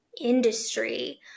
industry